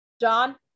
John